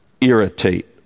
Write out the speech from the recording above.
irritate